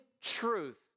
truth